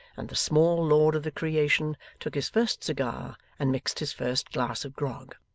and the small lord of the creation took his first cigar and mixed his first glass of grog.